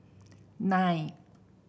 nine